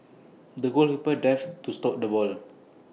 the goalkeeper dived to stop the ball